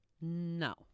No